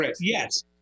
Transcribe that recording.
Yes